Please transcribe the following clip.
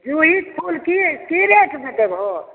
जूही फुल की की रेटमे देबहो